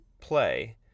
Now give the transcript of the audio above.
play